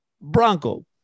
Bronco